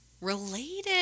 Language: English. related